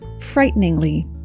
Frighteningly